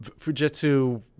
Fujitsu